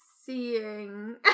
Seeing